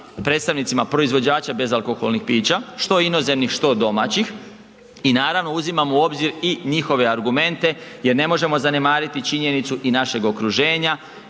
predstavnicima proizvođača bezalkoholnih pića, što inozemnih, što domaćih i naravno uzimamo u obzir i njihove argumente jer ne možemo zanemariti činjenicu i našeg okruženja